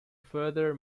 further